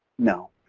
no.